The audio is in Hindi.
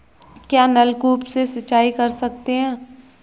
क्या नलकूप से सिंचाई कर सकते हैं?